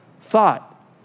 thought